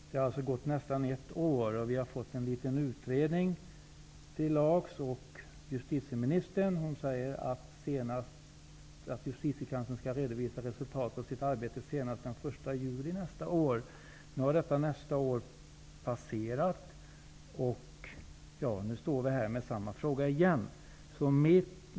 Det har alltså gått nästan ett år sedan dess, och det har tillsatts en liten utredning. Justitieministern sade att Justitiekanslern skall redovisa resultatet av sitt arbete senast den 1 juli nästa år. Nu har detta nästa år passerats, och nu ställs alltså samma fråga igen.